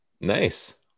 nice